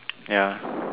ya